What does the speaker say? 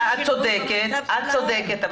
את צודקת.